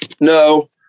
No